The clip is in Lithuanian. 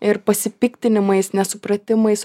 ir pasipiktinimais nesupratimais